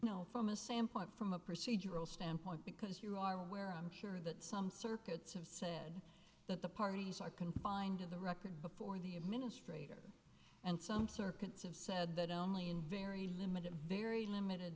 you know from a sample from a procedural standpoint because you are aware i'm sure that some circuits have said that the parties are confined to the record before the administrator and some circuits have said that only in very limited very limited